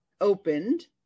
opened